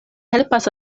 helpas